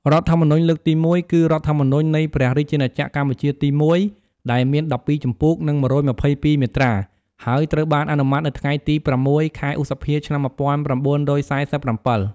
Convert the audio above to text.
រដ្ឋធម្មនុញ្ញលើកទី១ គឺរដ្ឋធម្មនុញ្ញនៃព្រះរាជាណាចក្រកម្ពុជាទី១ ដែលមាន ១២ជំពូក និង ១២២មាត្រា ហើយត្រូវបានអនុម័តនៅថ្ងៃទី០៦ ខែឧសភា ឆ្នាំ១៩៤៧។